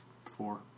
Four